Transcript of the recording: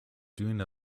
doing